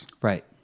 Right